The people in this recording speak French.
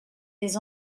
des